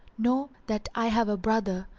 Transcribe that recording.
know that i have a brother,